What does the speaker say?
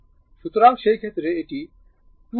সুতরাং সেই ক্ষেত্রে এটি 2 গুণ i ∞ 6